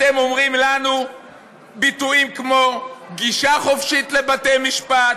אתם אומרים לנו ביטויים כמו גישה חופשית לבתי-משפט,